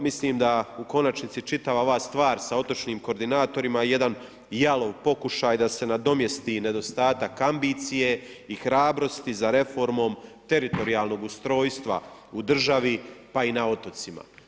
Mislim da u konačnici čitava ova stvar sa otočnim koordinatorima je jedan jalov pokušaj da se nadomjesti nedostatak ambicije i hrabrosti za reformom teritorijalnog ustrojstva u državi pa i na otocima.